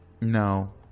No